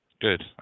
good